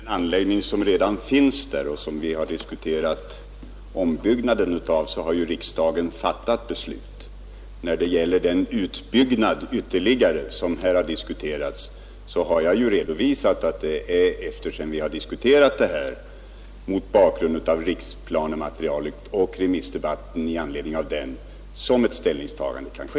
Herr talman! När det gäller den anläggning som redan finns där och som vi har diskuterat ombyggnaden av har ju riksdagen fattat beslut. Vad beträffar den utbyggnad ytterligare som här har diskuterats har jag ju redovisat att det är sedan vi har diskuterat det här mot bakgrunden av riksplanematerialet och remissdebatten i anledning därav som ett ställningstagande kan ske.